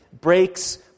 breaks